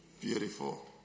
Beautiful